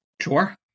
Sure